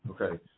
Okay